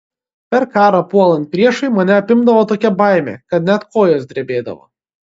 per karą puolant priešui mane apimdavo tokia baimė kad net kojos drebėdavo